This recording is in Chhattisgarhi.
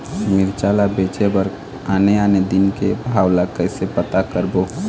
मिरचा ला बेचे बर आने आने दिन के भाव ला कइसे पता करबो?